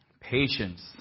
Patience